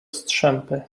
strzępy